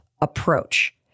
approach